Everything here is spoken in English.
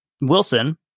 Wilson